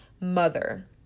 mother